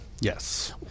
Yes